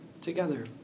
together